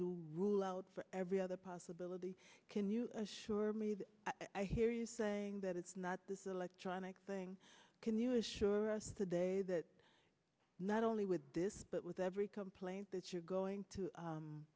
to rule out every other possibility can you assure me that i hear you saying that it's not this electronic thing can you assure us today that not only with this but with every complaint that you're going to